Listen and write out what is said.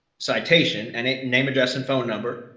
citation and name, address and phone number.